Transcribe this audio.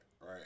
right